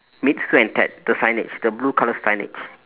meet sue and ted the signage the blue colour signage